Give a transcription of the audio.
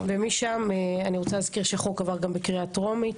ומשם אני רוצה להזכיר שחוק עבר גם בקריאה טרומית.